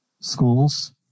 schools